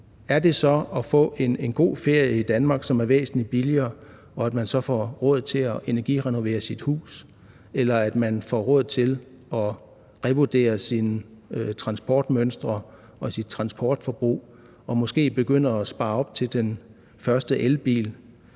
Er det så at få en god ferie i Danmark, som er væsentlig billigere, og at man så får råd til at energirenovere sit hus? Eller er det, at man får råd til at revurdere sine transportmønstre og sit transportforbrug og måske begynde at spare op til den første elbil?